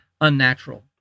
unnatural